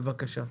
בבקשה.